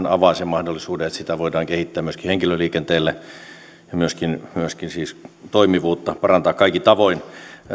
avaa sen mahdollisuuden että sitä voidaan kehittää myöskin henkilöliikenteelle ja myöskin toimivuutta parantaa kaikin tavoin